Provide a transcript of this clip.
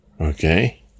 Okay